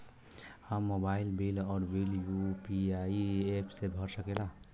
हम mobile bill और bill UPI app से भर सकिला